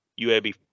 UAB